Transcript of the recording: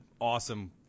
awesome